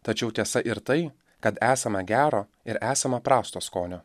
tačiau tiesa ir tai kad esame gero ir esama prasto skonio